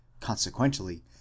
Consequently